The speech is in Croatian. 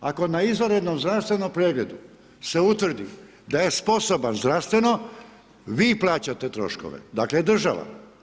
Ako na izvanrednom zdravstvenom pregledu se utvrdi da je sposoban zdravstveno vi plaćate troškove, dakle, država.